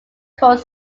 called